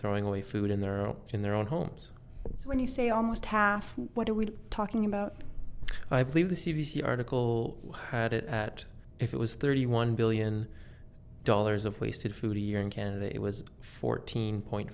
throwing away food in their own in their own homes so when you say almost half what are we talking about i believe the c b c article had it at if it was thirty one billion dollars of wasted food a year in canada it was fourteen point